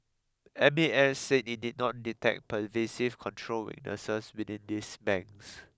M A S said it did not detect pervasive control weaknesses within these banks